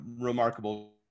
remarkable